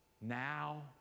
now